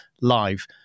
live